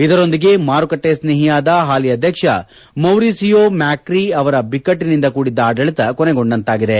ಇದರೊಂದಿಗೆ ಮಾರುಕಟ್ಟೆ ಸ್ಟೇಹಿಯಾದ ಹಾಲಿ ಅಧ್ಯಕ್ಷ ಮೌರಿಸಿಯೋ ಮ್ಯಾಕ್ರಿ ಅವರ ಬಿಕ್ಟನಿಂದ ಕೂಡಿದ್ದ ಆಡಳಿತ ಕೊನೆಗೊಂಡಂತಾಗಿದೆ